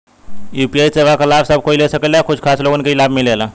UPI सेवा क लाभ सब कोई ले सकेला की कुछ खास लोगन के ई लाभ मिलेला?